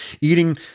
eating